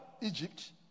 Egypt